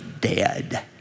dead